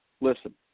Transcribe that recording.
listen